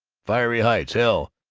fiery heights, hell,